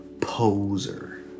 poser